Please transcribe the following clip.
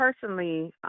personally